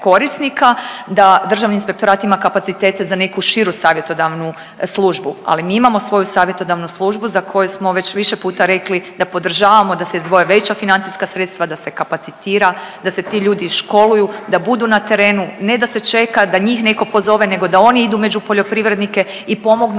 da Državni inspektorat ima kapacitete za neku širu savjetodavnu službu. Ali mi imamo svoju savjetodavnu službu za koju smo već više puta rekli da podržavamo da se izdvoje veća financijska sredstva, da se kapacitira, da se ti ljudi školuju, da budu na terenu. Ne da se čeka da njih netko pozove nego da oni idu među poljoprivrednike i pomognu